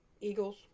Eagles